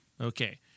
Okay